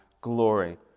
glory